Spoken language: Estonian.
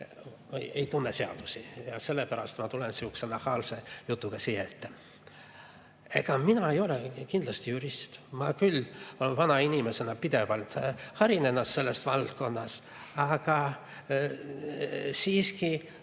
Eesti seadusi ja sellepärast ma tulen sihukese nahaalse jutuga siia ette. Ega mina ei ole kindlasti jurist, ma küll vana inimesena pidevalt harin ennast selles valdkonnas, aga siiski